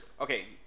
okay